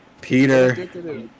Peter